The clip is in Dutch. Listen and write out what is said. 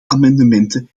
amendementen